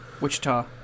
Wichita